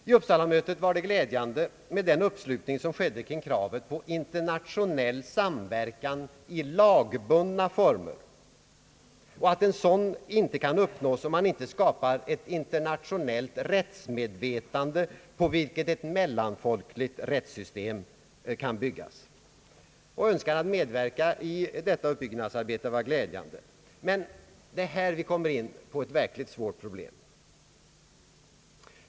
Vid Uppsalamötet var det glädjande med den uppslutning som skedde kring kravet på internationell samverkan i lagbundna former och att en sådan inte kan uppnås om det inte skapas ett internationellt rättsmedvetande på vilket ett mellanfolkligt rättssystem kan byggas. Önskan att medverka i detta uppbyggnadsarbete var glädjande. Men här kommer vi in på ett svårt problem.